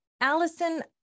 Allison